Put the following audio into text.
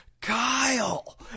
Kyle